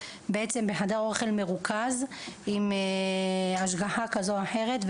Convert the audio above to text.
הם אוכלים בחדר אוכל מרוכז עם השגחה כזו או אחרת,